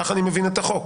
כך אני מבין את החוק.